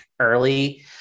early